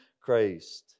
Christ